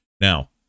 Now